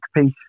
piece